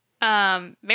Mary